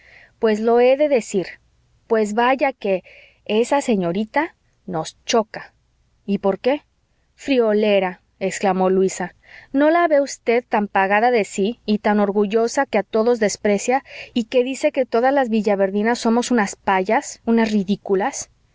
pues lo he de decir pues vaya que esa señorita nos choca y por qué friolera exclamó luisa no la ve usted tan pagada de sí y tan orgullosa que a todos desprecia y que dice que todas las vilaverdinas somos unas payas unas ridículas